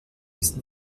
ist